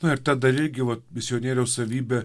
na ir tada irgi va misionieriaus savybė